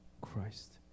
christ